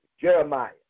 Jeremiah